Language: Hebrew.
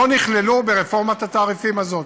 לא נכללו ברפורמת התעריפים הזאת.